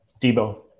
Debo